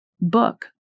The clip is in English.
book